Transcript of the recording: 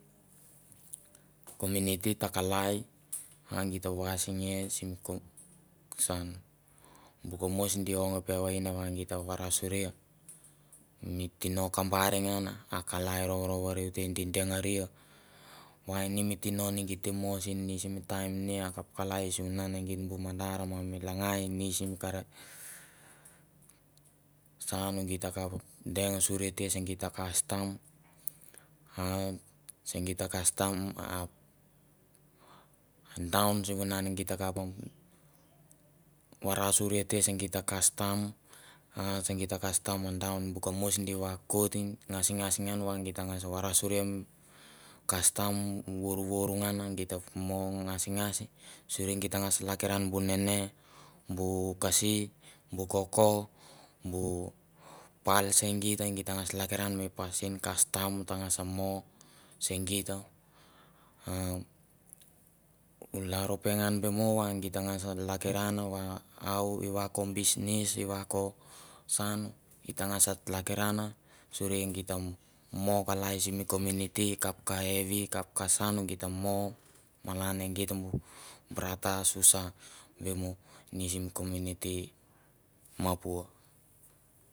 Komuniti ta kalai va gita vasngei sim kom saun. bu kamois gi ong peven va gi ta varasuria mi tirio kambar ngan akalai rourouriu te. di drngaria va ini mi tino git te mo sen ni simi taim ni akap kalai. sivunan e geit bu mandar ma mi langai ni simi karot <> saun gi ta kap deng suri te se geit ta kastam a se geit a kastam a se geit a kastam daun bu kamois di vakoit ngas ngas ngan va git ta ngas varasuria mi kastam vorvor ngan a git ta mo ngasngas suri geit ta ngas lakiran bu nene. bu kasi. bu koko. bu pal se geit. e ta ngas tlakiran mi pasin kastam ta ngas mo se geit a u lalro pengan be mo va gi ta ngas lakiran va i va ko bisnis, i va ko saun. ita ngas tlakiran a suri geit ta mo kalai simi komuniti kap ka saun. malan e geit bu brata susa be mo sim komuniti mapua.